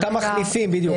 בדיוק,